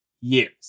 years